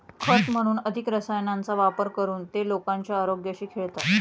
खत म्हणून अधिक रसायनांचा वापर करून ते लोकांच्या आरोग्याशी खेळतात